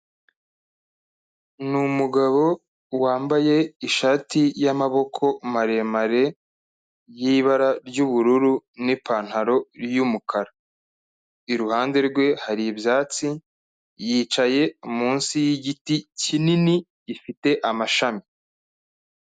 Ni umugabo wambaye ishati y'amaboko maremare y'ibara ry'ubururu n'ipantaro y'umukara, iruhande rwe hari ibyatsi, yicaye munsi y'igiti kinini gifite amashami.